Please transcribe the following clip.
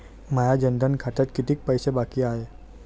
माया जनधन खात्यात कितीक पैसे बाकी हाय?